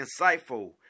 insightful